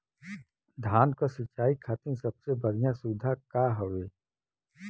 धान क सिंचाई खातिर सबसे बढ़ियां सुविधा का हवे?